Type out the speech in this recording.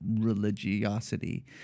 religiosity